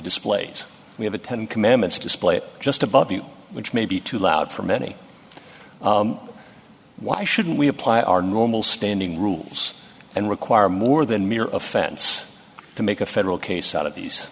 displays we have a ten commandments display just above you which may be too loud for many why shouldn't we apply our normal standing rules and require more than mere offense to make a federal case out of these